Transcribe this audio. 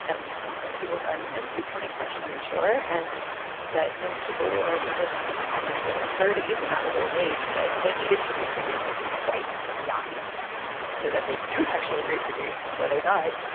at least in some people's argument, becoming sexually mature, and that when people were only living up until their thirty s and that was old age, that they needed to reproduce quite young so that they could could actually reproduce before they died.